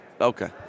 Okay